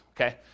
okay